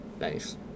Nice